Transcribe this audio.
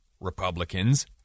Republicans